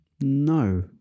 No